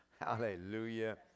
Hallelujah